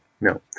no